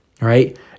right